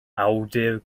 awdur